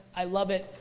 i love it.